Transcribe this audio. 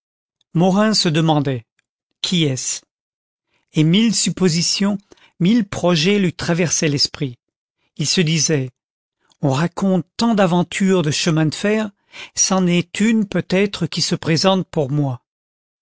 morin se demandait qui est-ce et mille suppositions mille projets lui traversaient l'esprit il se disait on raconte tant d'aventures de chemin de fer c'en est une peut-être qui se présente pour moi